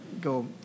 go